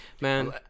Man